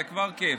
זה כבר כיף.